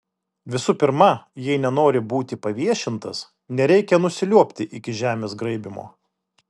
visų pirma jei nenori būti paviešintas nereikia nusiliuobti iki žemės graibymo